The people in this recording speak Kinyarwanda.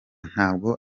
ntabwo